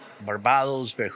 Barbados